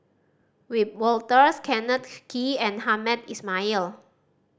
Wiebe Wolters Kenneth Kee and Hamed Ismail